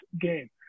game